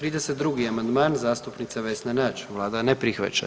32. amandman zastupnica Vesna Nađ, Vlada ne prihvaća.